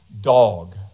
dog